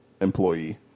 employee